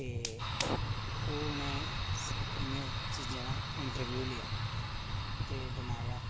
ते ओह् उनें इनें चीज़ें दा इंटरव्यू लेआ ते बनाया